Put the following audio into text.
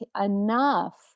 Enough